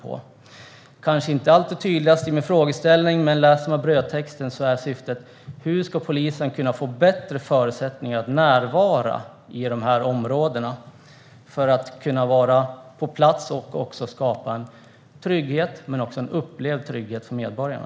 Det kanske inte är så tydligt i min frågeställning, men om man läser brödtexten är syftet att få veta hur polisen ska kunna få bättre förutsättningar att närvara i dessa områden för att kunna vara på plats och också kunna skapa trygghet - även en upplevd trygghet - för medborgarna.